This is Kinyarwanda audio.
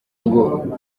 ngo